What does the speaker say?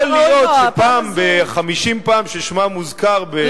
יכול להיות שפעם ב-50 פעם ששמה מוזכר בנאומי,